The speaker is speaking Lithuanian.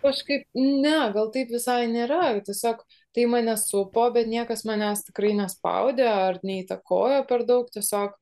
kažkaip ne gal taip visai nėra tiesiog tai mane supo bet niekas manęs tikrai nespaudė ar neįtakojo per daug tiesiog